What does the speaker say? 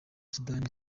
sudani